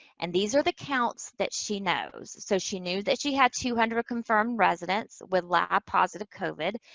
and these are the counts that she knows. so, she knew that she had two hundred confirmed residents with lab positive covid.